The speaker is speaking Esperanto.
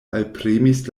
alpremis